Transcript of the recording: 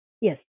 Yes